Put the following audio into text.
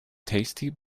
tasty